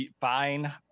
fine